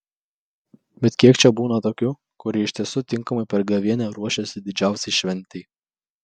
bet kiek čia būna tokių kurie iš tiesų tinkamai per gavėnią ruošėsi didžiausiai šventei